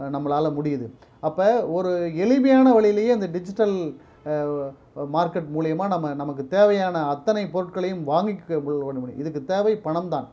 நம்மளால் முடியுது அப்போ ஒரு எளிமையான வழியிலயே அந்த டிஜிட்டல் மார்க்கெட் மூலியமா நாம் நமக்கு தேவையான அத்தனை பொருட்களையும் வாங்கி முடியும் இதுக்கு தேவை பணம் தான்